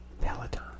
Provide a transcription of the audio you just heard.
Peloton